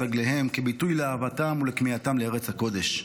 רגליהם כביטוי לאהבתם ולכמיהתם לארץ הקודש.